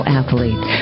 athlete